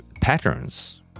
patterns